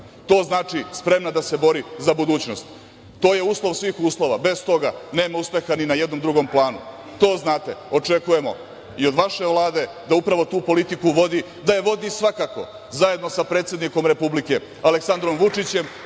To znači – spremna da se bori za budućnost. To je uslov svih uslova. Bez toga nema uspeha ni na jednom drugom planu, to znate. Očekujemo i od vaše Vlade da upravo tu politiku vodi svakako zajedno sa predsednikom Republike Aleksandrom Vučićem,